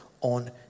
on